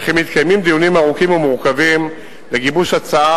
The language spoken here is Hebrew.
וכי מתקיימים דיונים ארוכים ומורכבים לגיבוש הצעה